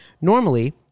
Normally